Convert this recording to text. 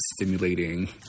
stimulating